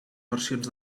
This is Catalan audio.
versions